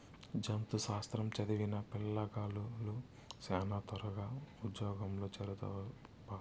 జంతు శాస్త్రం చదివిన పిల్లగాలులు శానా త్వరగా ఉజ్జోగంలో చేరతారప్పా